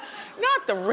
not the